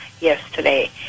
yesterday